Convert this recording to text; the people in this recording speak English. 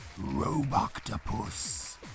Roboctopus